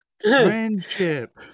Friendship